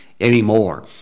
anymore